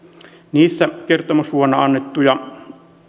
niissä kertomusvuonna annettuja